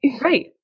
Right